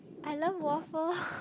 I love waffle